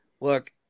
Look